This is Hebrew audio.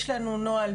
יש לנו נוהל,